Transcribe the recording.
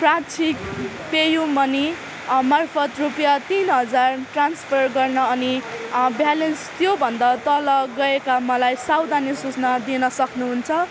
प्राक्षिक PayU money मार्फत रुपियाँ तिन हजार ट्रान्सफर गर्न अनि ब्यालेन्स त्योभन्दा तल गएका मलाई सावधानी सूचना दिनुसक्नु हुन्छ